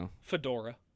Fedora